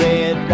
Red